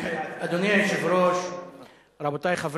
הנה, הוא פה.